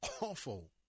awful